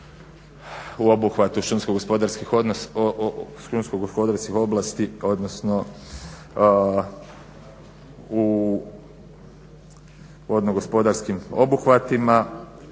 u obuhvatu šumsko-gospodarskih oblasti, odnosno u vodno-gospodarskim obuhvatima.